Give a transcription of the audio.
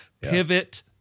Pivot